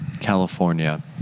California